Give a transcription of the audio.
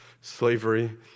Slavery